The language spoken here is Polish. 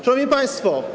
Szanowni Państwo!